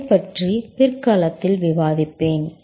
அதைப் பற்றி பிற்காலத்தில் விவாதிப்பேன்